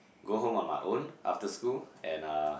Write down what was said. go home on my own after school and uh